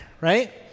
right